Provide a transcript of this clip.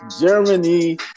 germany